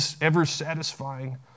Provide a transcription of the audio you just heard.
ever-satisfying